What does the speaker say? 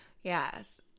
Yes